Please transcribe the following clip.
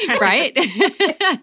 Right